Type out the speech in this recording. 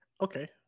okay